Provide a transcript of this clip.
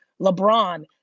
LeBron